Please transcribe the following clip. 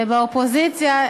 ובאופוזיציה,